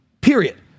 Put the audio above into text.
period